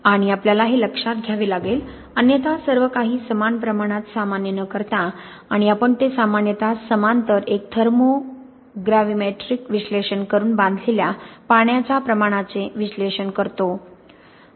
आणि आपल्याला हे लक्षात घ्यावे लागेल अन्यथा सर्वकाही समान प्रमाणात सामान्य न करता आणि आपण ते सामान्यतः समांतर एक थर्मोग्रॅविमेट्रिक विश्लेषण करून बांधलेल्या पाण्याच्या प्रमाणाचे विश्लेषण करतो